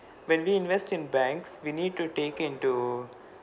when we invest in banks we need to take into